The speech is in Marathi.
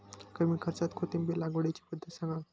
कमी खर्च्यात कोथिंबिर लागवडीची पद्धत सांगा